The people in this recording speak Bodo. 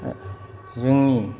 जोंनि